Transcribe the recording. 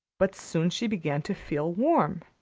but soon she began to feel warm,